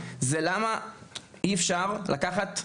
זה למה אי אפשר לקחת,